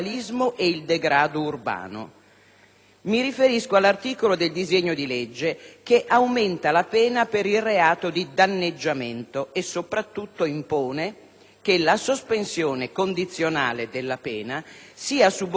Mi riferisco all'articolo del disegno di legge che aumenta la pena per il reato di danneggiamento e, soprattutto, impone che la sospensione condizionale della pena sia subordinata alla riparazione del danno.